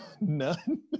none